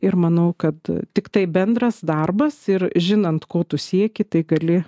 ir manau kad tiktai bendras darbas ir žinant ko tu sieki tai gali